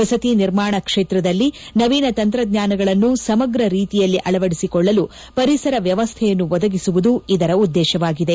ವಸತಿ ನಿರ್ಮಾಣ ಕ್ಷೇತ್ರದಲ್ಲಿ ನವೀನ ತಂತ್ರಜ್ಞಾನಗಳನ್ನು ಸಮಗ್ರ ರೀತಿಯಲ್ಲಿ ಅಳವಡಿಸಿಕೊಳ್ಳಲು ಪರಿಸರ ವ್ಯವಸ್ಥೆಯನ್ನು ಒದಗಿಸುವುದು ಇದರ ಉದ್ದೇಶವಾಗಿದೆ